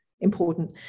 important